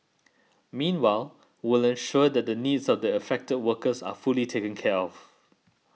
meanwhile will ensure that the needs of the affected workers are fully taken care of